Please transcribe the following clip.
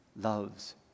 loves